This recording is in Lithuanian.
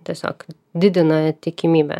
tiesiog didina tikimybę